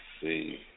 see